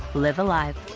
live alive.